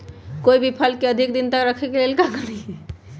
कोई भी फल के अधिक दिन तक रखे के लेल का करी?